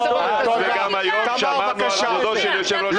אז וגם היום שמרנו על כבודו של יושב-ראש הכנסת,